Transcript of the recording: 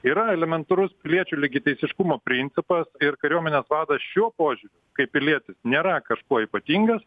yra elementarus piliečių lygiateisiškumo principas ir kariuomenės vadas šiuo požiūriu kaip pilietis nėra kažkuo ypatingas